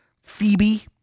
Phoebe